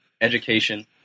Education